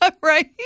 Right